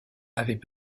avaient